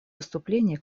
выступление